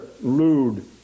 lewd